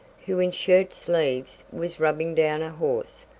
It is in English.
who in shirt sleeves, was rubbing down a horse.